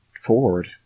forward